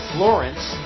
Florence